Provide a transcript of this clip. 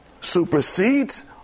supersedes